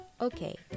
okay